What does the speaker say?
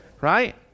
right